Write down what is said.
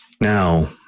Now